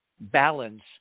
balance